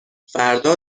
فردا